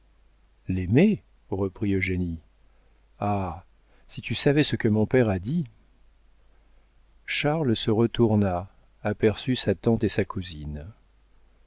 l'aimer reprit eugénie ah si tu savais ce que mon père a dit charles se retourna aperçut sa tante et sa cousine